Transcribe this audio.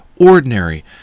ordinary